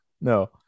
No